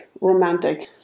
romantic